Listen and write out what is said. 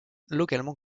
localement